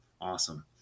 Awesome